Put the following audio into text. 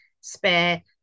spare